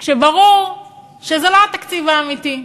כשברור שזה לא התקציב האמיתי,